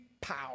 power